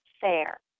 fair